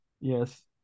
Yes